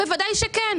בוודאי שכן.